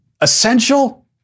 essential